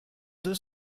deux